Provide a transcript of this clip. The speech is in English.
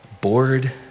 bored